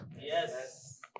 Yes